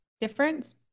difference